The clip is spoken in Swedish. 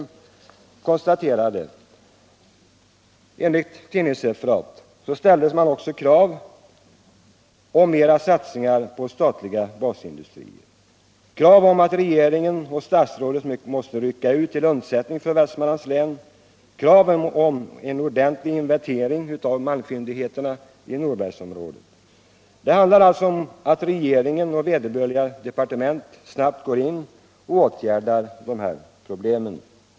På denna konferens ställdes enligt tidningsreferat krav på större satsningar i statliga basindustrier, krav på att regeringen och statsrådet skall rycka ut till undsättning för Västmanlands län och krav på en ordentlig inventering av malmfyndigheterna i Norbergsområdet. Det handlar alltså om att regeringen och vederbörliga departement snabbt går in och åtgärdar dessa problem.